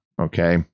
Okay